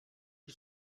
die